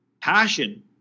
passion